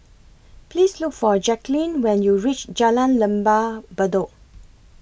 Please Look For Jacquline when YOU REACH Jalan Lembah Bedok